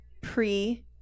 pre